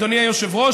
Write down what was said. אדוני היושב-ראש,